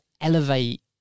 elevate